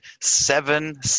seven